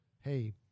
hey